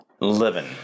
Living